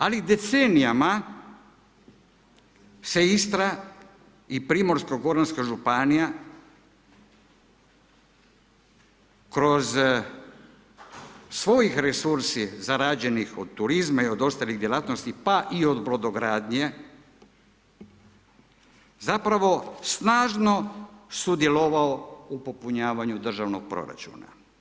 Ali decenijama se Istra i Primorsko-goranska županija kroz svojih resursa zarađenih od turizma i od ostalih djelatnosti pa i od brodogradnje, zapravo snažno sudjelovao u popunjavanju državnog proračuna.